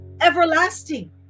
everlasting